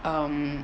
um